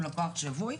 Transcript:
הוא לקוח שבוי.